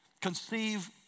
conceive